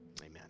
Amen